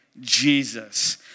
Jesus